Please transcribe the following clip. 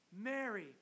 Mary